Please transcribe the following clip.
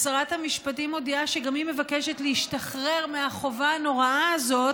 שרת המשפטים מודיעה שגם היא מבקשת להשתחרר מהחובה הנוראה הזאת